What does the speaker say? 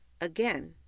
again